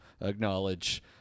acknowledge